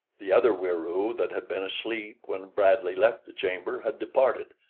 the other wieroo that had been asleep when bradley left the chamber had departed,